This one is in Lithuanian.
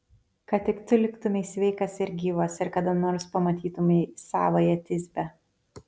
kad tik tu liktumei sveikas ir gyvas ir kada nors pamatytumei savąją tisbę